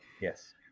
Yes